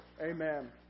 Amen